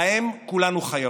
להם כולנו חייבים.